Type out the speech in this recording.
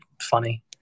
funny